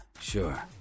sure